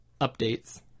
updates